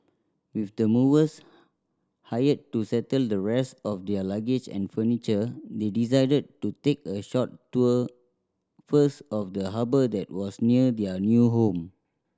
with the movers hired to settle the rest of their luggage and furniture they decided to take a short tour first of the harbour that was near their new home